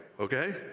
okay